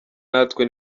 natwe